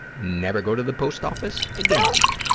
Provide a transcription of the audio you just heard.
never go to the post office again.